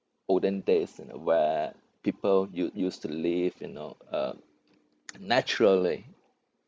olden days you know where people u~ used to live you know uh naturally